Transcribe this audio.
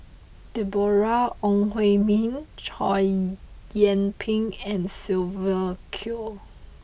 Deborah Ong Hui Min Chow Yian Ping and Sylvia Kho